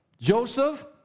Joseph